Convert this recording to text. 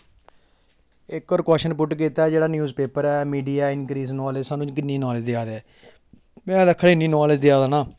इक होर question put कीता जेह्ड़ा न्यूज़ पेपर ऐ मीडिया ऐ इंक्रीज नॉलेज सानूं कि'न्नी नॉलेज देआ दा ऐ में ते आखना इ'न्नी नॉलेज देआ दा ना